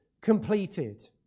completed